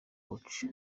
watch